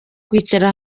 kwicara